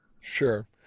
Sure